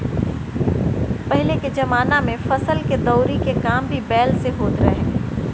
पहिले के जमाना में फसल के दवरी के काम भी बैल से होत रहे